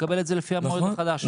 יקבל את זה לפי החוק החדש.